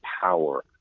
power